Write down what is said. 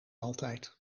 altijd